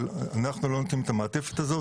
אנחנו לא נותנים את המעטפת הזאת,